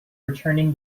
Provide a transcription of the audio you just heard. returning